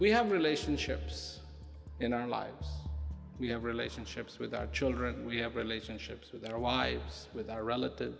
we have relationships in our lives we have relationships with our children we have relationships with our wives with our relatives